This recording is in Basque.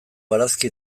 barazki